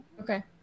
Okay